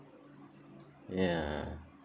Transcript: ya